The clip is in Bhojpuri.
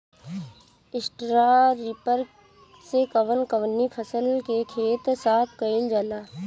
स्टरा रिपर से कवन कवनी फसल के खेत साफ कयील जाला?